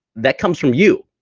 that comes from you.